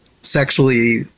sexually